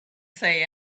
say